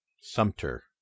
Sumter